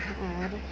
ᱟᱨ